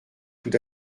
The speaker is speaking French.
tout